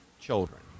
children